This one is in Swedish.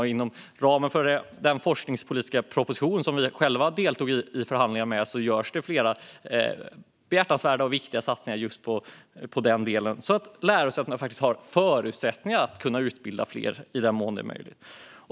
Och inom ramen för den forskningspolitiska proposition som också Centerpartiet deltog i förhandlingarna till görs flera behjärtansvärda och viktiga satsningar inom denna del så att lärosätena kan få förutsättningar att utbilda fler i den mån det är möjligt.